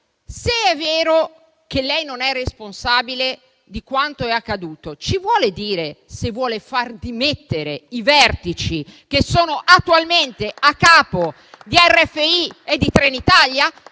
Se è vero che lei non è responsabile di quanto è accaduto, ci vuole dire se vuole far dimettere i vertici che sono attualmente a capo di RFI e di Trenitalia?